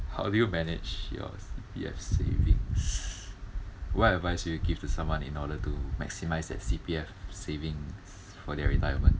how do you manage your C_P_F savings what advice would you give to someone in order to maximise their C_P_F savings for their retirement